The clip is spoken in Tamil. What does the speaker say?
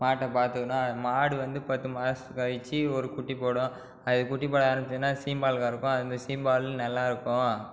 மாட்ட பார்த்துக்குணும் மாடு வந்து பத்து மாசம் கழித்து ஒரு குட்டி போடும் அது குட்டி போட ஆரமிச்சதுன்னா சீம்பால் கறக்கும் அந்த சீம்பால் நல்லாயிருக்கும்